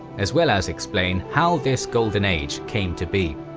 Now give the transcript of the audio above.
as well as explain how this golden age came to be.